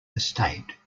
estate